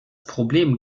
problem